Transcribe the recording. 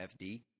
FD